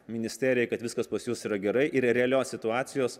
ministerijai kad viskas pas jus yra gerai ir realios situacijos